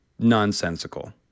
nonsensical